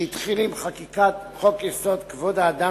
שהתחיל עם חקיקת חוק-יסוד: כבוד האדם